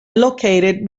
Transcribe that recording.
located